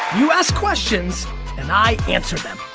you ask questions and i answer them.